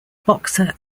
boxer